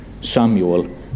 Samuel